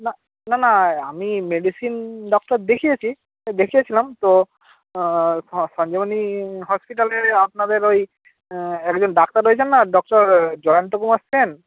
না না না আমি মেডিসিন ডক্টর দেখিয়েছি দেখিয়েছিলাম তো সঞ্জীবনী হসপিটালে আপনাদের ওই একজন ডাক্তার রয়েছেন না ডক্টর জয়ন্ত কুমার সেন